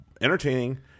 entertaining